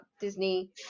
Disney